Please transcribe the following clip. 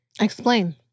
Explain